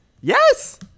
Yes